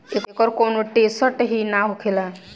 एकर कौनो टेसट ही ना होखेला